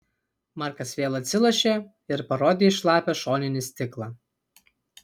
markas vėl atsilošė ir parodė į šlapią šoninį stiklą